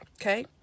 Okay